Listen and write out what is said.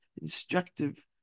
instructive